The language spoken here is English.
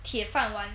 铁饭碗